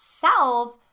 self